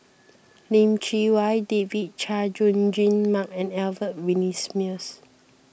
Lim Chee Wai David Chay Jung Jun Mark and Albert Winsemius